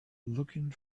looking